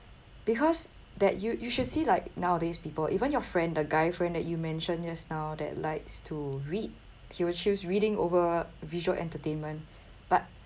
because that you you should see like nowadays people even your friend the guy friend that you mentioned just now that likes to read he will choose reading over visual entertainment but